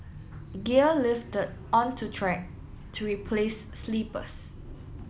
gear lifted unto track to replace sleepers